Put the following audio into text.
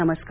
नमस्कार